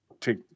take